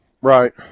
Right